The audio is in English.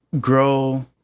grow